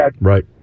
right